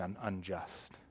unjust